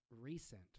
recent